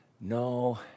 no